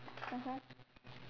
mmhmm